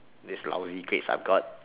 this lousy grades I've got